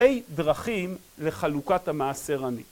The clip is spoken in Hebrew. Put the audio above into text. ה׳ דרכים לחלוקת המאסר עני.